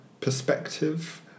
perspective